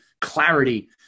clarity